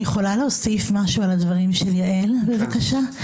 אני יכולה להוסיף משהו על הדברים של יעל, בבקשה?